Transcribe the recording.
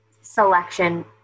selection